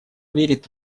верит